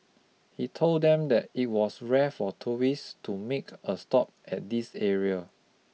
he told them that it was rare for tourists to make a stop at this area